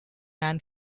man